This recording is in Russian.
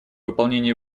выполнении